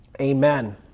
Amen